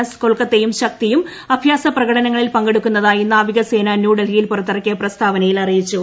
S കൊൽക്കത്തയും ശക്തിയും അഭ്യാസ പ്രകടനങ്ങളിൽ പങ്കെടുക്കുന്നതായി നാവിക സേന ന്യൂഡൽഹിയിൽ പുറത്തിറക്കിയ പ്രസ്താവനയിൽ അറിയിച്ചു